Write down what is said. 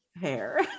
Hair